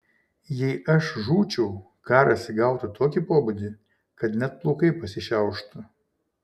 jei aš žūčiau karas įgautų tokį pobūdį kad net plaukai pasišiauštų